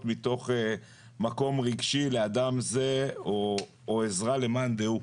מתוך מקום רגשי לאדם זה או עזרה למאן דהו.